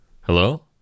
Hello